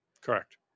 Correct